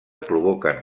provoquen